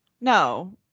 No